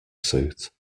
suit